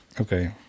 Okay